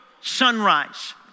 sunrise